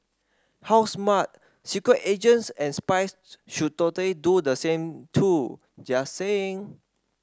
how smart secret agents and spies should total do the same too just saying